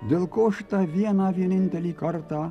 dėl ko šitą vieną vienintelį kartą